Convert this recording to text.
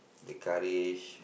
the courage